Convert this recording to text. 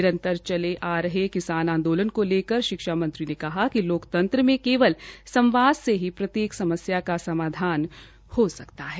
निरतंर चले आ रहे किसान आंदोलन को लेकर शिक्षा मंत्री कहा कि लोकतंत्र मे केवल संवाद से ही प्रत्येक समस्या का समाधान हो सकता है